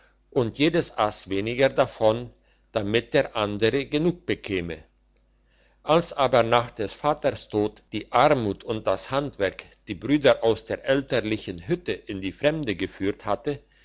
und jedes ass weniger davon damit das andere genug bekäme als aber nach des vaters tod die armut und das handwerk die brüder aus der elterlichen hütte in die fremde geführt hatte